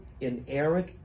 inerrant